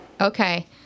Okay